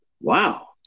Wow